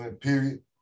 period